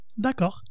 D'accord